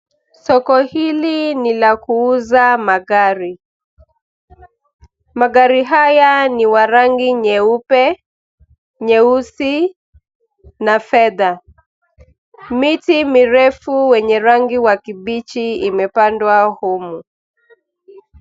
Soko hili ni la kuuza magari. Magari haya ni wa rangi nyeupe, nyeusi na fedha. Miti mirefu wenye rangi wa kibichi imepandwa humu.